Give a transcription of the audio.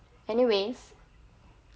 anyway